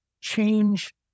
change